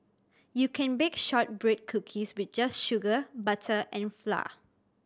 you can bake shortbread cookies with just sugar butter and flour